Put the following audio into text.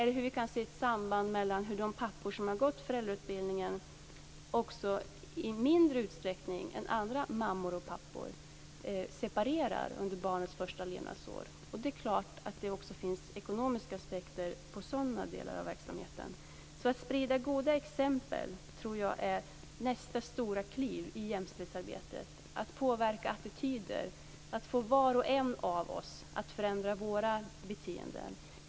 Vi kan också se att föräldrar som har gått föräldrautbildningen i mindre utsträckning än andra mammor och pappor separerar under barnets första levnadsår. Det är klart att det också finns ekonomiska aspekter på sådana delar av verksamheten. Jag tror alltså att nästa stora kliv i jämställdhetsarbetet är att skapa goda exempel, att påverka attityder, att få var och en av oss att förändra våra beteenden.